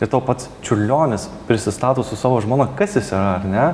ir tau pats čiurlionis prisistato su savo žmona kas jis yra ar ne